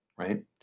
Right